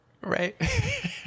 right